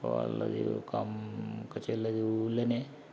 వాళ్ళది ఒక ఒక చెల్లిది ఊర్లోనే